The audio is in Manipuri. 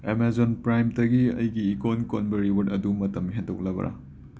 ꯑꯦꯃꯦꯖꯣꯟ ꯄ꯭ꯔꯥꯏꯝꯗꯒꯤ ꯑꯩꯒꯤ ꯏꯀꯣꯟ ꯀꯣꯟꯕ ꯔꯤꯋꯥꯔꯗ ꯑꯗꯨ ꯃꯇꯝ ꯍꯦꯟꯗꯣꯛꯂꯕꯔ